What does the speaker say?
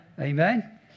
Amen